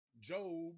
Job